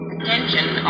Attention